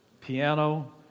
Piano